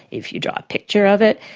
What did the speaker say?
if you draw a picture of it,